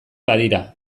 badira